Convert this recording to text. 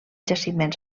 jaciments